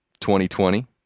2020